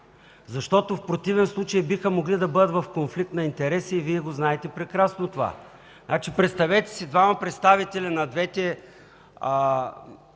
там. В противен случай биха могли да бъдат в конфликт на интереси и Вие го знаете прекрасно това. Представете си, че двама представители на двете